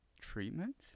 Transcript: Treatment